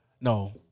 no